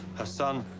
her son.